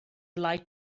light